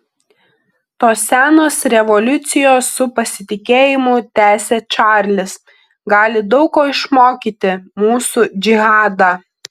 tos senos revoliucijos su pasitikėjimu tęsia čarlis gali daug ko išmokyti mūsų džihadą